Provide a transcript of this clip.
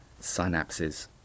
synapses